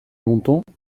longtemps